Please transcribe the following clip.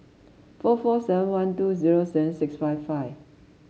four four seven one two zero seven six five five